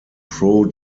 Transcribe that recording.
pro